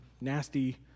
nasty